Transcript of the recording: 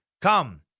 Come